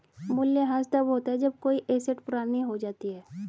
मूल्यह्रास तब होता है जब कोई एसेट पुरानी हो जाती है